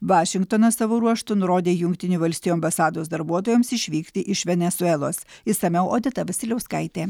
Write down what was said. vašingtonas savo ruožtu nurodė jungtinių valstijų ambasados darbuotojams išvykti iš venesuelos išsamiau odeta vasiliauskaitė